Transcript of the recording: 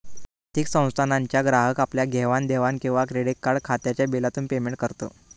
आर्थिक संस्थानांचे ग्राहक आपल्या घेवाण देवाण किंवा क्रेडीट कार्ड खात्याच्या बिलातून पेमेंट करत